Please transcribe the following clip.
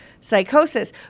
psychosis